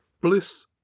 Bliss